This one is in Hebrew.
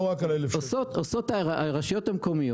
לא רק על 1,000. עושות הרשויות המקומיות,